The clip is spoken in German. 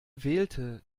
wählte